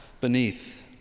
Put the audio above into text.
beneath